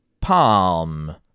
PALM